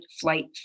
flight